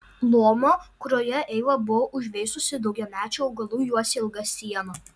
lomą kurioje eiva buvo užveisusi daugiamečių augalų juosė ilga siena